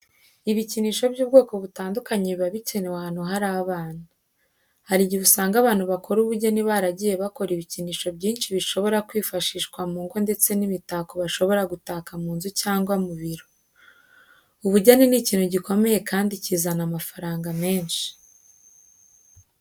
Ibikinisho by'ubwoko butandukanye biba bikenewe ahantu hari abana. Hari igihe usanga abantu bakora ubugeni baragiye bakora ibikinisho byinshi bishobora kwifashishwa mu ngo ndetse n'imitako bashobora gutaka mu nzu cyangwa mu biro. Ubugeni ni ikintu gikomeye kandi cyizana amafaranga menshi.